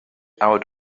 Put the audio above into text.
out